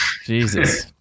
Jesus